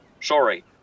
Sorry